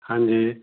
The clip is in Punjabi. ਹਾਂਜੀ